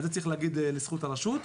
את זה צריך להגיד לזכות הרשות.